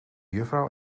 juffrouw